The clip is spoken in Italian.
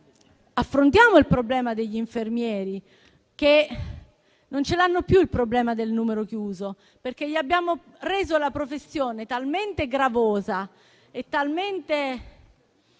affrontiamo il problema degli infermieri che non hanno più il problema del numero chiuso, perché gli abbiamo reso la professione talmente gravosa, inappetibile